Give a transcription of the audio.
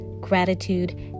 gratitude